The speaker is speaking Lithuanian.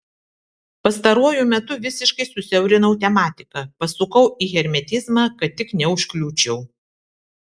pastaruoju metu visiškai susiaurinau tematiką pasukau į hermetizmą kad tik neužkliūčiau